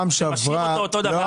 משאיר אותו באותו אופן.